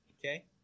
Okay